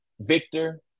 Victor